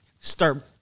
start